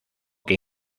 que